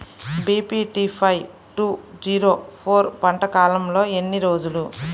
BPT five two zero four పంట కాలంలో ఎన్ని రోజులు?